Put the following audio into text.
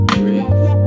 breathe